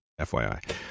FYI